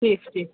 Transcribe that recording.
ٹھیٖک ٹھیٖک